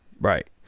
Right